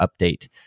update